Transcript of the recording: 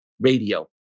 radio